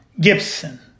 Gibson